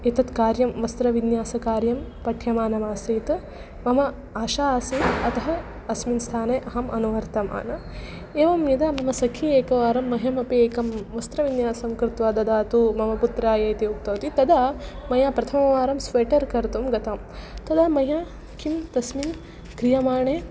एतत्कार्यं वस्त्रविन्यासकार्यं पठ्यमानमासीत् मम आशा आसीत् अतः अस्मिन् स्थाने अहम् अनुवर्तमाना एवं यदा मम सखी एकवारं मह्यमपि एकं वस्त्रविन्यासं कृत्वा ददातु मम पुत्राय इति उक्तवती तदा मया प्रथमवारं स्वेटर् कर्तुं गतं तदा मया किं तस्मिन् क्रियमाणे